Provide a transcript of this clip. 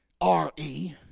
R-E